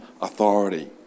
authority